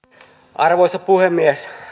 arvoisa puhemies